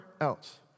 else